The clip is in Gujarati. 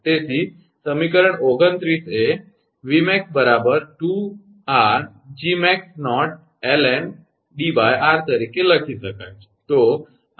તેથી સમીકરણ 29 એ 𝑉𝑚𝑎𝑥 2𝑟𝐺𝑚𝑎𝑥𝑜ln𝐷𝑟 તરીકે લખી શકાય છે